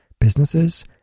businesses